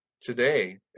today